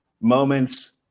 moments